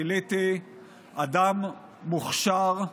גיליתי אדם מוכשר,